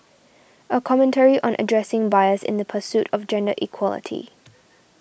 a commentary on addressing bias in the pursuit of gender equality